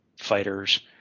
fighters